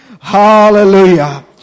Hallelujah